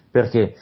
Perché